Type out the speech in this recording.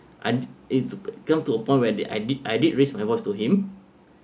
and it's come to a point where did I did I did raise my voice to him